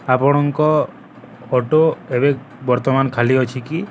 ଆପଣଙ୍କ ଅଟୋ ଏବେ ବର୍ତ୍ତମାନ ଖାଲି ଅଛି କି